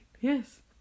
Yes